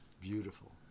Beautiful